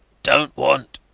dont want.